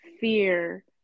fear